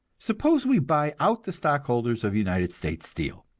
suppose we buy out the stockholders of united states steel,